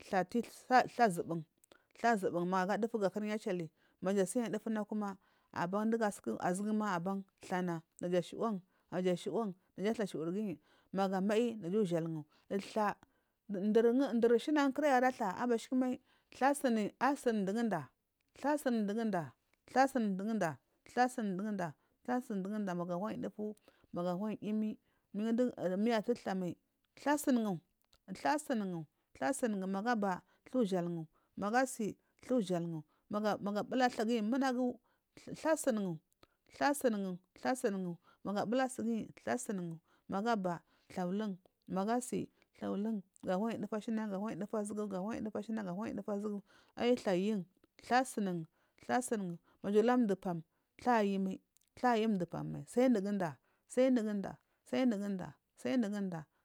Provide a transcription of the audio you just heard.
thla ti thla azubun thla azubun thla azubun magu aga dufu gahurin achali magu apiyan dufuna kuma aban dugusuku azupuma aban tnana naja ashiwan naja ashiuran naja altla shuwurgiyi magu amayi naja ushalgu thla duri shina jan kunayi ara thla abathukuma thla asui mdugu mda thla asuni mdugunda thlasuni mduguda thla asuni mduguda thla asuni mduguda magu ahurayi dufu magu ahuwanyi yimi mi atu thlamal thla asunugu thla asunuguthla asumugu magu aba thla ushalgu magu asi thla ushagu magu abula thlaguyi munagu thla asunugh thla asungu thla asunugu mangu abula suganyi thla asunugu magu abba thla ulun mangu asi ghla ulun gu thuwayi dufu ashna ga uhuwanyi a uhuwanyi ahufu azugu thla asunugu thla asungugu maja wimdupam naja ayimal naja ayi indu pam sal unguda sai unguda sai unuguda sal nnuguda sai unguda.